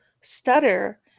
stutter